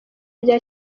rya